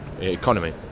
economy